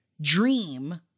dream